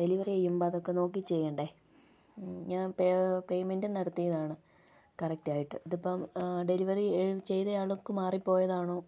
delivery ചെയ്യുമ്പോൾ അതൊക്കെ നോക്കി ചെയ്യേണ്ടേ ഞാന് പേ പേമെന്റും നടത്തിയതാണ് കറക്റ്റായിട്ട് ഇതിപ്പോൾ ഡെലിവറി ചെയ്ത ആൾക്ക് മാറിപ്പോയതാണോ